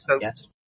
yes